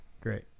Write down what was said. Great